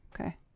Okay